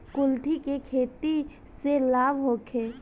कुलथी के खेती से लाभ होखे?